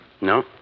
No